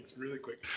really quick.